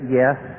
yes